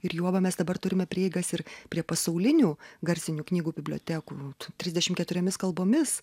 ir juoba mes dabar turime prieigas ir prie pasaulinių garsinių knygų bibliotekų trisdešimt keturiomis kalbomis